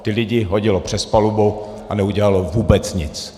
Ty lidi hodili přes palubu a neudělali vůbec nic.